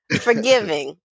Forgiving